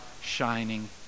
shining